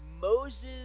Moses